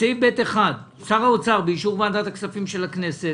בסעיף (ב)(1): "שר האוצר באישור ועדת הכספים של הכנסת